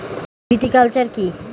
Viticulture কী?